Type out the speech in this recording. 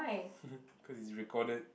cause it's recorded